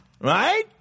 Right